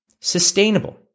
sustainable